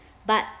but